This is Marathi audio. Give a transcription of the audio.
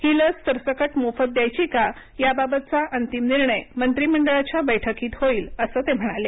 ही लस सरसकट मोफत द्यायची का याबाबतचा अंतिम निर्णय मंत्रिमंडळाच्या बैठकीत होईल असं ते म्हणाले